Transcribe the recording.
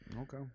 Okay